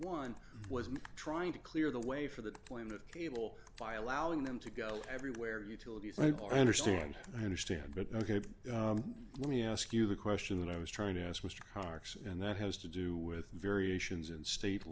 one was trying to clear the way for the plan the able by allowing them to go everywhere utilities are understand i understand but ok let me ask you the question that i was trying to ask mr cox and that has to do with variations in state